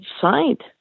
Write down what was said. signed